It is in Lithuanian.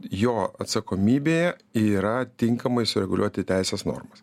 jo atsakomybėje yra tinkamai sureguliuoti teisės normas